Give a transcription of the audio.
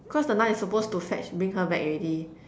cause the Nun is supposed to fetch bring her back already